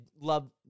love